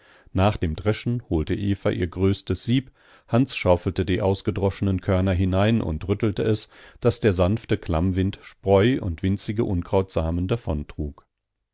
nach dem dreschen holte eva ihr größtes sieb hans schaufelte die ausgedroschenen körner hinein und rüttelte es daß der sanfte klammwind spreu und winzige unkrautsamen